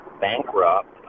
bankrupt